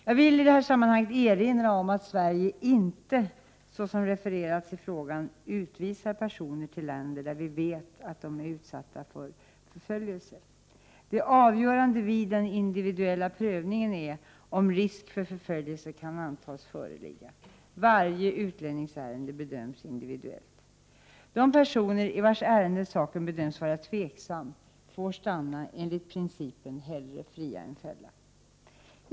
Jag vill i detta sammanhang erinra om att Sverige inte, såsom refererats i frågan, utvisar personer till länder där vi vet att de är utsatta för förföljelse. Det avgörande vid den individuella prövningen är om risk för förföljelse kan antas föreligga. Varje utlänningsärende bedöms individuellt. De personer i vars ärenden saken bedöms vara tveksam får stanna enligt principen ”hellre fria än fälla”.